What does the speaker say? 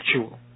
actual